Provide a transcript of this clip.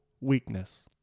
weakness